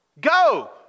Go